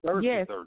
yes